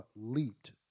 leaped